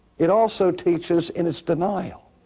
it also teaches in its denial,